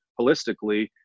holistically